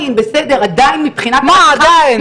עדיין מבחינת ה --- מה עדיין?